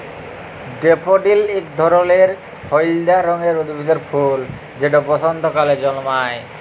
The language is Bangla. ড্যাফোডিল ইক ধরলের হইলদা রঙের উদ্ভিদের ফুল যেট বসল্তকালে জল্মায়